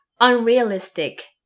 unrealistic